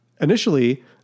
initially